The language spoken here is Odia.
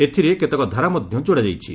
ଏଥିରେ କେତେକ ଧାରା ମଧ୍ୟ ଯୋଡ଼ା ଯାଇଛି